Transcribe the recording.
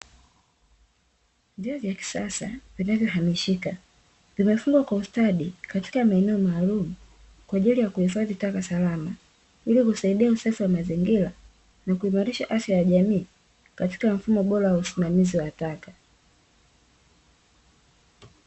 Vyoo vya kisasa vinavyo hamishika, vimefungwa kwa ustadi katika maeneo maalumu, kwa ajili ya kuhifadhi taka salama. Ili kusaidia usafi wa mazingira na kuiboresha afya ya jamii, katika mfumo bora wa usimamizi wa taka.